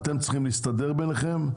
ואתם צריכים להסתדר ביניכם.